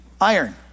iron